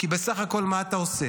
כי בסך הכול מה אתה עושה?